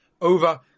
over